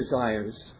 desires